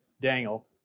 daniel